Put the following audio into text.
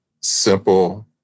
simple